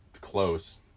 close